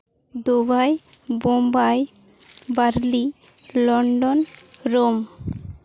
Dubai Mumbai Berlin London Rome